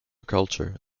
culture